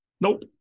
Nope